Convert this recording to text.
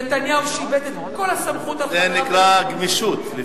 נתניהו שאיבד, זה נקרא גמישות.